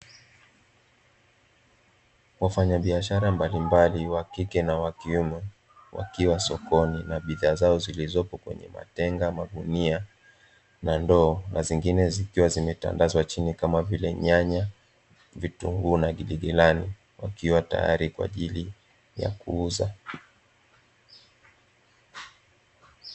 Wafanyabiashara mbalimbali wa kike na wa kiume wakiwa sokoni na bidhaa zao zilizopo kwenye matenga, magunia na ndoo zingine zikiwa zimetandazwa chini kama vile nyanya, vitunguu na girigirani zikiwa tayari kwa ajili ya kuuza.